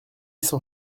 sans